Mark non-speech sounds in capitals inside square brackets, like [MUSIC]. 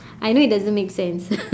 I know it doesn't make sense [LAUGHS]